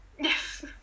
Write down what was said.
Yes